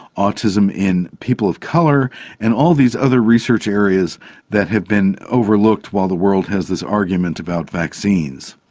autism in people of colour and all these other research areas that have been overlooked while the world has this argument about vaccines.